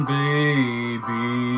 baby